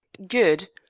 good.